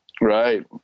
Right